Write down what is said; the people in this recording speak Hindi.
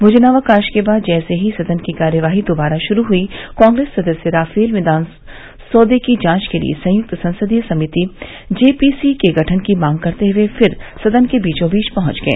भोजनावकाश के बाद जैसे ही सदन की कार्यवाही दोबारा शुरू हुई कांग्रेस सदस्य राफेल विमान सौदे की जांच के लिए संयुक्त संसदीय समिति जे पी सी के गठन की मांग करते हुए फिर सदन के बीचों बीच पहुंच गए